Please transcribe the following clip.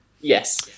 Yes